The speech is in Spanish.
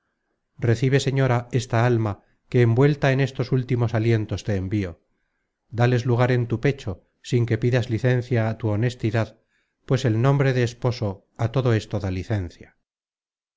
recibe señora esta alma que envuelta en estos últimos alientos te envio dales lugar en tu pecho sin que pidas licencia á tu honestidad pues el nombre de esposo á todo esto da licencia